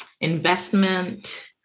investment